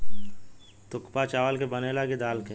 थुक्पा चावल के बनेला की दाल के?